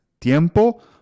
tiempo